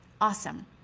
awesome